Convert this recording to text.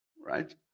right